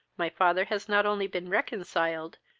my father has not only been reconciled,